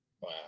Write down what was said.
Wow